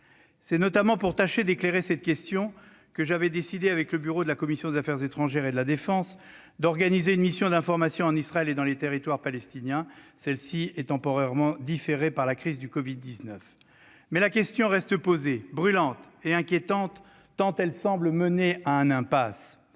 C'est notamment pour tâcher d'éclairer cette question que j'avais décidé, avec le bureau de la commission des affaires étrangères, de la défense et des forces armées, d'organiser une mission d'information en Israël et dans les Territoires palestiniens. Celle-ci a été temporairement différée par la crise du Covid-19, mais la question reste posée, brûlante et inquiétante, tant elle semble mener à une impasse.